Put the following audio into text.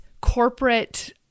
corporate-